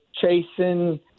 chasing